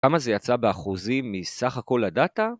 כמה זה יצא באחוזים מסך הכל הדאטה?